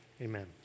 amen